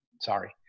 sorry